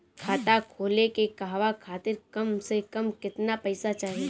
खाता खोले के कहवा खातिर कम से कम केतना पइसा चाहीं?